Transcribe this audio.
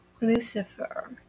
Lucifer